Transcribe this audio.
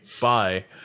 bye